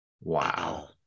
wow